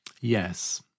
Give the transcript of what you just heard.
Yes